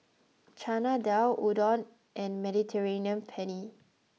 Chana Dal Udon and Mediterranean Penne